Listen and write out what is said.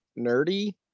nerdy